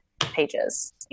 pages